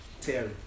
Terry